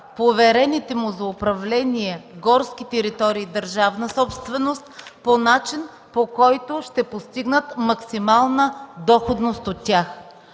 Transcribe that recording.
поверените му за управление горски територии – държавна собственост, по начин по който ще постигнат максимална доходност от тях.